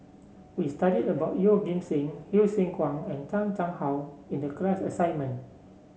we studied about Yeoh Ghim Seng Hsu Tse Kwang and Chan Chang How in the class assignment